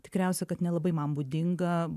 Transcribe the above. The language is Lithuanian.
tikriausia kad nelabai man būdinga